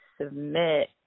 submit